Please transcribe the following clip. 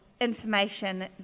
information